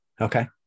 Okay